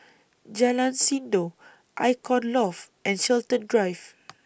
Jalan Sindor Icon Loft and Chiltern Drive